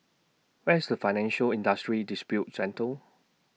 Where IS Financial Industry Disputes Center